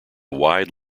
wide